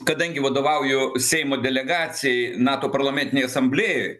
kadangi vadovauju seimo delegacijai nato parlamentinėj asamblėjoj